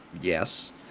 Yes